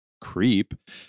creep